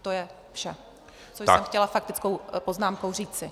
To je vše, co jsem chtěla faktickou poznámkou říci.